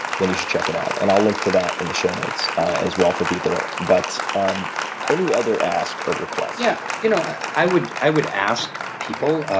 then you should check it out. and i'll link to that in the shown notes as well, for people. but ah any other ask or request? yeah you know i would i would ask people,